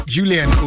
Julian